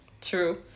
True